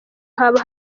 haba